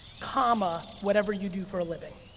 comma whatever you do for a living.